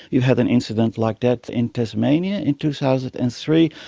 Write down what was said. you had an incident like that in tasmania in two thousand and three.